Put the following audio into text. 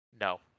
No